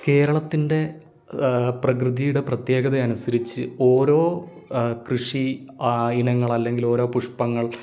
കേരളത്തിൻ്റെ പ്രകൃതിയുടെ പ്രത്യേകത അനുസരിച്ച് ഓരോ കൃഷി ഇനങ്ങൾ അല്ലെങ്കിൽ ഓരോ പുഷ്പങ്ങൾ